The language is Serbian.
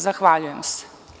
Zahvaljujem se.